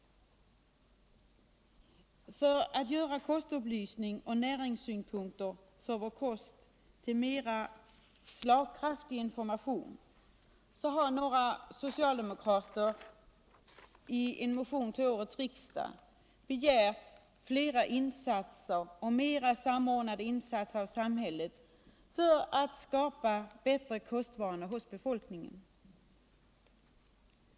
Vi är några socialdemokrater som för att göra kostupplysning och näringssynpunkter på kost till mera slagkraftig information i en motion till årets riksdag begärt flera insatser och mera samordnade insatser av samhället för att skapa bättre kostvanor hos befolkningen.